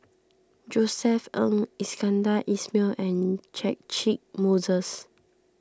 Josef Ng Iskandar Ismail and Moses